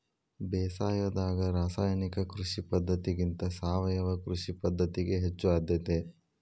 ಬೇಸಾಯದಾಗ ರಾಸಾಯನಿಕ ಕೃಷಿ ಪದ್ಧತಿಗಿಂತ ಸಾವಯವ ಕೃಷಿ ಪದ್ಧತಿಗೆ ಹೆಚ್ಚು ಆದ್ಯತೆ